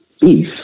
beef